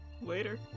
later